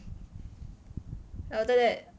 then after that